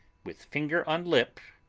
with finger on lip,